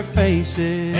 faces